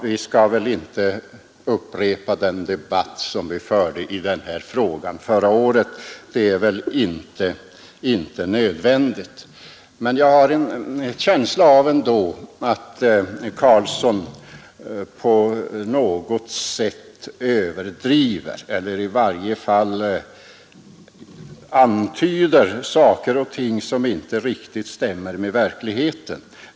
Vi skall väl inte upprepa den debatt som vi förde i den här frågan förra året; det är väl inte nödvändigt. Jag har ändå en känsla av att herr Carlsson på något sätt överdriver eller i varje fall antyder saker och ting som inte riktigt stämmer med verkligheten.